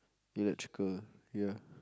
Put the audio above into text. electrical ya